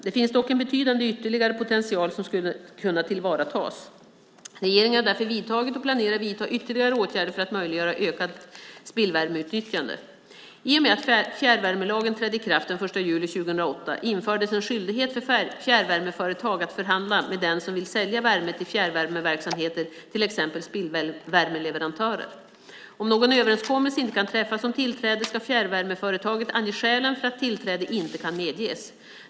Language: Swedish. Det finns dock en betydande ytterligare potential som skulle kunna tillvaratas. Regeringen har därför vidtagit och planerar att vidta ytterligare åtgärder för att möjliggöra ökat spillvärmeutnyttjande. I och med att fjärrvärmelagen trädde i kraft den 1 juli 2008 infördes en skyldighet för fjärrvärmeföretag att förhandla med den som vill sälja värme till fjärrvärmeverksamheter, till exempel spillvärmeleverantörer. Om någon överenskommelse inte kan träffas om tillträde ska fjärrvärmeföretaget ange skälen för att tillträde inte kan medges.